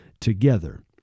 together